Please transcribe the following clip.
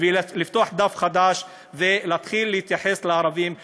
לפתוח דף חדש ולהתחיל להתייחס לערבים כאזרחים,